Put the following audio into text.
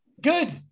Good